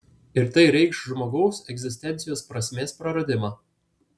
ir tai reikš žmogaus egzistencijos prasmės praradimą